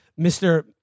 Mr